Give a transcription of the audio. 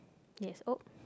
yes oh